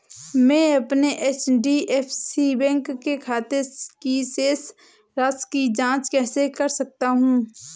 मैं अपने HDFC bank के खाते की शेष राशि की जाँच कैसे कर सकता हूँ?